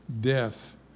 death